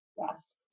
Yes